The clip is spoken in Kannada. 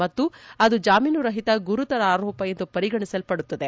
ಮತ್ತು ಅದು ಜಾಮೀನುರಹಿತ ಗುರುತರ ಆರೋಪ ಎಂದು ಪರಿಗಣಿಸಲ್ಪಡುತ್ತದೆ